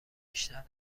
بیشتر